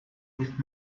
with